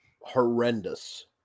horrendous